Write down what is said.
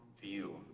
view